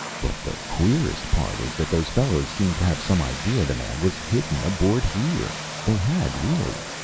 but the queerest part is that those fellows seemed to have some idea the man was hidden aboard here. they had really.